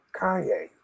Kanye